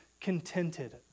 contented